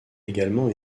également